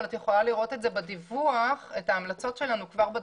אבל את יכולה לראות את ההמלצות שלנו כבר בדיווח.